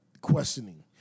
questioning